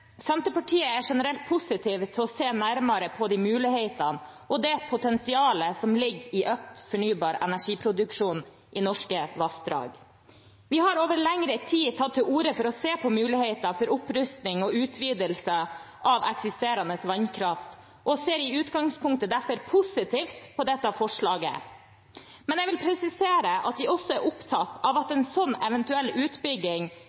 Senterpartiet er generelt positive til å se nærmere på de mulighetene og det potensialet som ligger i økt fornybar energiproduksjon i norske vassdrag. Vi har over lengre tid tatt til orde for å se på muligheter for opprustning og utvidelse av eksisterende vannkraft og ser i utgangspunktet derfor positivt på dette forslaget. Men jeg vil presisere at vi også er opptatt av at en slik eventuell utbygging